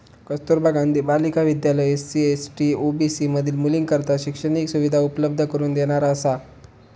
कस्तुरबा गांधी बालिका विद्यालय SC, ST, OBC मधील मुलींकरता शैक्षणिक सुविधा उपलब्ध करून देणारा असा